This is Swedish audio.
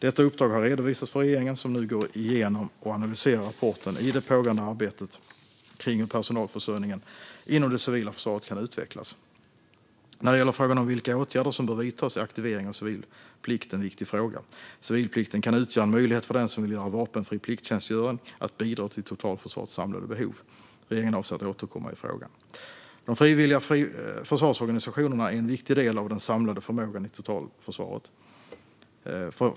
Detta uppdrag har redovisats för regeringen som nu går igenom och analyserar rapporten i det pågående arbetet med hur personalförsörjningen inom det civila försvaret kan utvecklas. När det gäller vilka åtgärder som bör vidtas är aktivering av civilplikt en viktig fråga. Civilplikten kan utgöra en möjlighet för den som vill göra vapenfri plikttjänstgöring att bidra till totalförsvarets samlade behov. Regeringen avser att återkomma i frågan. De frivilliga försvarsorganisationerna är en viktig del av den samlade förmågan i totalförsvaret.